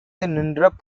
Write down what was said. நின்ற